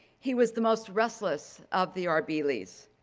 he was the most restless of the arbeelys'.